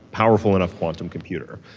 powerful enough quantum computer.